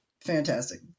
Fantastic